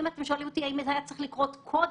אם אתם שואלים אותי אם זה היה צריך לקרות קודם,